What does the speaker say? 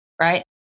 right